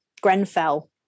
Grenfell